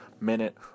minute